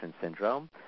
syndrome